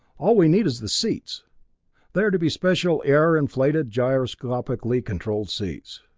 all we need is the seats they are to be special air-inflated gyroscopically controlled seats,